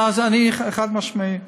אני חד-משמעי.